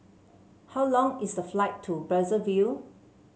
how long is the flight to Brazzaville